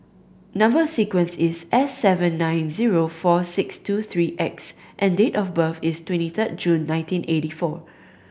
number sequence is S seven nine zero four six two three X and date of birth is twenty third June nineteen eighty four